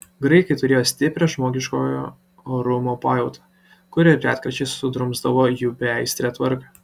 graikai turėjo stiprią žmogiškojo orumo pajautą kuri retkarčiais sudrumsdavo jų beaistrę tvarką